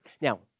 Now